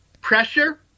pressure